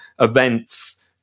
events